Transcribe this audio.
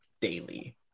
daily